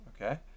Okay